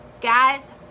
guys